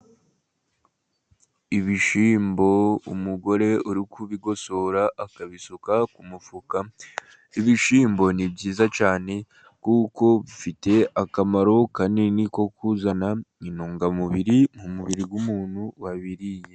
Ibishyimbo, umugore uri kubigosora akabisuka ku mufuka, ibishyimbo ni byiza cyane kuko bifite akamaro kanini ko kuzana intungamubiri, mu mubiri w'umuntu wabiriye.